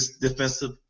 defensive